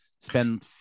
spend